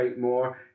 more